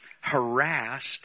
harassed